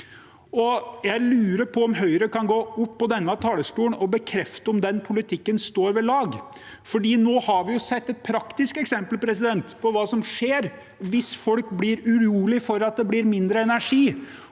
Jeg lurer på om Høyre kan gå opp på denne talerstolen og bekrefte om den politikken står ved lag. Nå har vi jo sett et praktisk eksempel på hva som skjer hvis folk blir urolige for at det blir mindre energi.